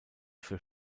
für